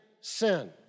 sin